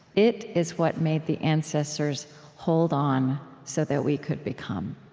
it is what made the ancestors hold on so that we could become.